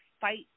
fight